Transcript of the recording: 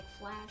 Flash